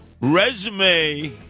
resume